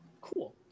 Cool